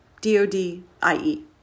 D-O-D-I-E